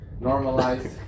Normalize